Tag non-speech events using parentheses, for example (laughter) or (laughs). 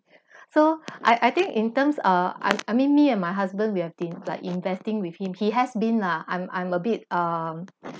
(laughs) so I I think in terms uh I I mean me and my husband we have been like investing with him he has been lah I'm I'm a bit um